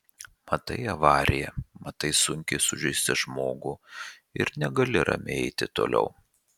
matai avariją matai sunkiai sužeistą žmogų ir negali ramiai eiti toliau